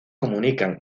comunican